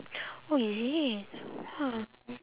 oh is it !wah!